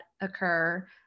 occur